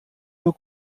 nur